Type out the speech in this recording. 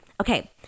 Okay